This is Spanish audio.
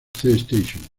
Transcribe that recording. station